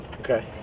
okay